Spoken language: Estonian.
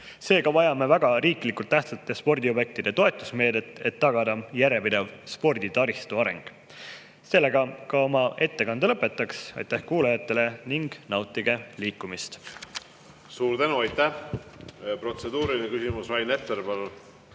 Seega vajame riiklikult tähtsate spordiobjektide toetusmeedet, et tagada järjepidev sporditaristu areng. Sellega ma oma ettekande lõpetan. Aitäh kuulajatele! Nautige liikumist! Suur tänu! Protseduuriline küsimus, Rain Epler, palun!